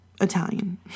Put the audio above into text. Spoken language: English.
Italian